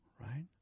right